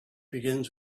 begins